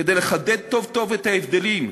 כדי לחדד טוב-טוב את ההבדלים,